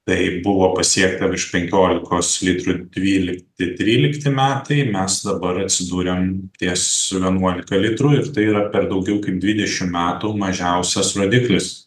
tai buvo pasiekta iš penkiolikos litrų dvylikti trylikti metai mes dabar atsidūrę ties vienuolika litrų ir tai yra per daugiau kaip dvidešim metų mažiausias rodiklis